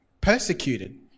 persecuted